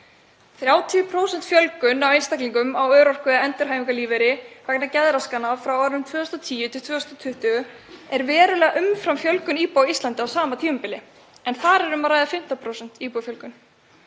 30% fjölgun einstaklinga á örorku- eða endurhæfingarlífeyri vegna geðraskana á árunum 2010–2020 er verulega umfram fjölgun íbúa á Íslandi á sama tímabili en þar er um að ræða 15% íbúafjölgun.